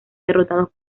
derrotados